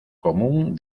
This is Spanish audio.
común